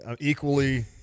equally